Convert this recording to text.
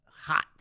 hot